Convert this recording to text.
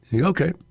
Okay